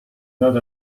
not